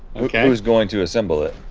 who's going to assemble it?